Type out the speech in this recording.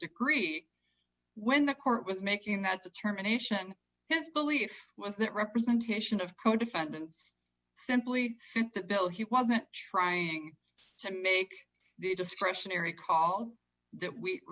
degree when the court was making that determination his belief was that representation of co defendants simply bill he wasn't trying to make the discretionary call that we